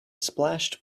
splashed